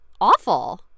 awful